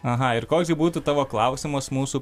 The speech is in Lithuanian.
aha ir koks būtų tavo klausimas mūsų